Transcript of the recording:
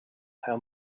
how